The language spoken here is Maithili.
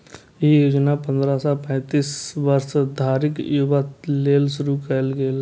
ई योजना पंद्रह सं पैतीस वर्ष धरिक युवा लेल शुरू कैल गेल छै